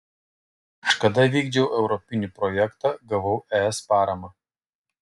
kažkada vykdžiau europinį projektą gavau es paramą